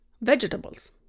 vegetables